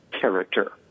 character